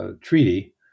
treaty